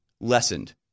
lessened